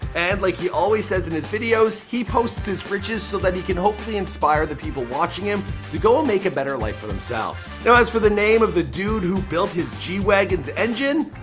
and like he always says in his videos, he posts his riches so that he can hopefully inspire the people watching him to go and make a better life for themselves. so as for the name of the dude who built his g-wagon's engine.